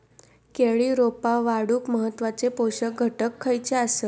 केळी रोपा वाढूक महत्वाचे पोषक घटक खयचे आसत?